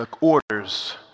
orders